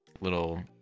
little